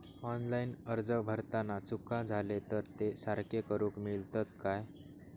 Online अर्ज भरताना चुका जाले तर ते सारके करुक मेळतत काय?